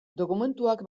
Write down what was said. dokumentuak